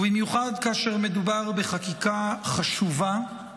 ובמיוחד כאשר מדובר בחקיקה חשובה,